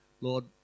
Lord